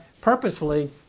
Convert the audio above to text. purposefully